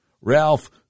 Ralph